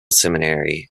seminary